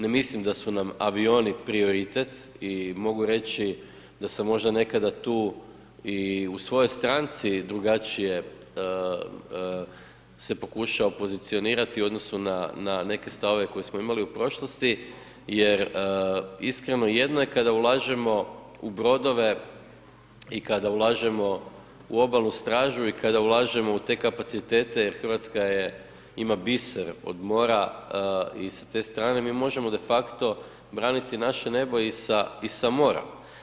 Ne mislim da su nam avioni prioritet i mogu reći da se možda nekada tu i u svojoj stranci drugačije se pokušao pozicionirati u odnosu na neke stavove koje smo imali u prošlosti jer istina je jedno je kada ulažemo u brodove i kada ulažemo u obalnu stražu i kada ulažemo u te kapacitete jer Hrvatska ima biser od mora i sa te strane mi možemo de facto braniti naše nebo i sa mora.